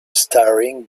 starring